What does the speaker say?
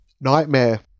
nightmare